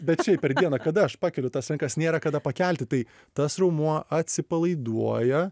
bet šiaip per dieną kada aš pakeliu tas rankas nėra kada pakelti tai tas raumuo atsipalaiduoja